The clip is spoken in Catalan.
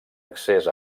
accés